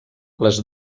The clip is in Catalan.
les